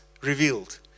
revealed